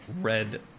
red